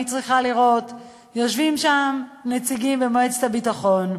היית צריכה לראות: יושבים שם נציגים ממועצת הביטחון,